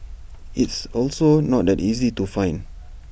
it's also not that easy to find